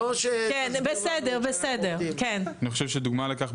אני חושב שדוגמה לכך,